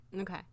Okay